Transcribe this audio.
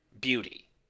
beauty